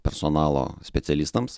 personalo specialistams